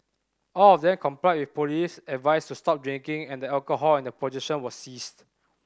all of them complied with police advice to stop drinking and the alcohol in their possession was seized